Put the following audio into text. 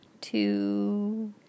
two